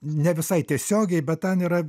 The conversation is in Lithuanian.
ne visai tiesiogiai bet ten yra